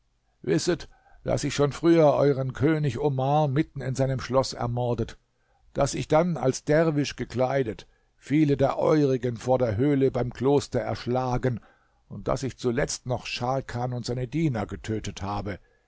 wisset daß ich schon früher euern könig omar mitten in seinem schloß ermordet daß ich dann als derwisch gekleidet viele der eurigen vor der höhle beim kloster erschlagen und daß ich zuletzt noch scharkan und seine diener getötet habe